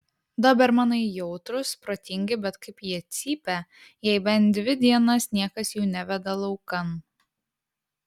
dobermanai jautrūs protingi bet kaip jie cypia jei bent dvi dienas niekas jų neveda laukan